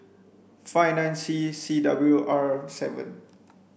five nine C C W R seven